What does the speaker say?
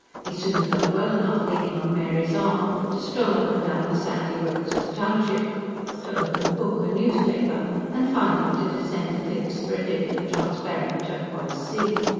he soon felt well enough, leaning on mary's arm, to stroll up and down the sandy roads of the township to open book and newspaper and finally to descend the cliffs for a dip in the transparent, turquoise sea.